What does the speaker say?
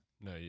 No